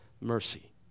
mercy